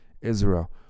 Israel